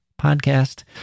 podcast